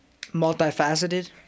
multifaceted